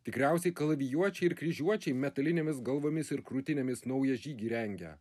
tikriausiai kalavijuočiai ir kryžiuočiai metalinėmis galvomis ir krūtinėmis naują žygį rengia